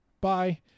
Bye